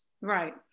Right